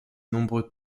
nombreux